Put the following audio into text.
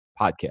podcast